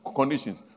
conditions